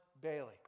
bailey